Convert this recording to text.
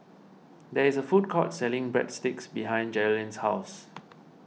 there is a food court selling Breadsticks behind Jerrilyn's house